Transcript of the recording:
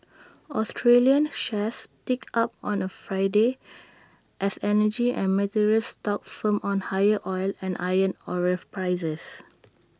Australian shares ticked up on A Friday as energy and materials stocks firmed on higher oil and iron ore prices